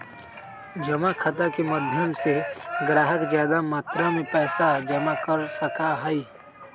जमा खाता के माध्यम से ग्राहक ज्यादा मात्रा में पैसा जमा कर सका हई